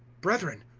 brethren,